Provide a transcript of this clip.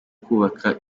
kubaka